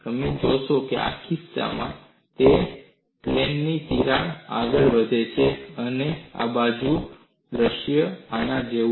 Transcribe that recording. તમે જોશો આ કિસ્સામાં તે વિમાનમાં તિરાડ આગળ વધે છે અને બાજુનું દૃશ્ય આના જેવું છે